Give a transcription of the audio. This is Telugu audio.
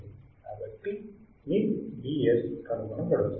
కాబట్టి మీ Vs కనుగోనబడుతుంది